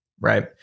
right